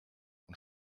und